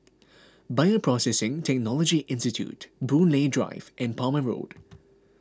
Bioprocessing Technology Institute Boon Lay Drive and Palmer Road